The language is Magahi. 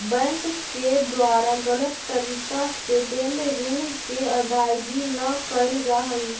बैंक के द्वारा गलत तरीका से देल ऋण के अदायगी न कैल जा हइ